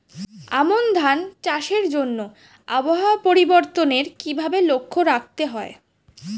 আমন ধান চাষের জন্য আবহাওয়া পরিবর্তনের কিভাবে লক্ষ্য রাখতে হয়?